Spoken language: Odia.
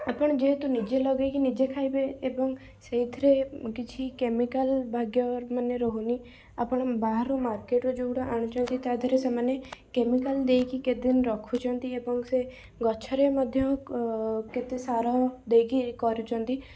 ଆପଣ ଯେହେତୁ ନିଜେ ଲଗେଇକି ନିଜେ ଖାଇବେ ଏବଂ ସେଇଥିରେ କିଛି କେମିକାଲ ଭାଗ୍ୟ ମାନେ ରହୁନି ଆପଣ ବାହାରୁ ମାର୍କେଟରୁ ଯେଉଁଗୁଡ଼ା ଆଣୁଛନ୍ତି ତାଦେହେରେ ସେମାନେ କେମିକାଲ ଦେଇକି କେତେଦିନ ରଖୁଛନ୍ତି ଏବଂ ସେ ଗଛରେ ମଧ୍ୟ ଅଁ କେତେ ସାର ଦେଇକି କରୁଛନ୍ତି